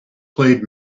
played